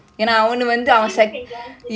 china can join T_L_S